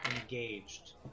engaged